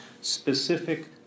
specific